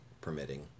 permitting